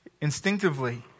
instinctively